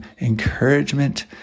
encouragement